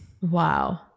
wow